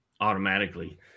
automatically